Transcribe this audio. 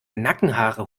nackenhaare